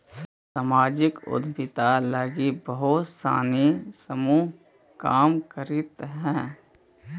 सामाजिक उद्यमिता लगी बहुत सानी समूह काम करित हई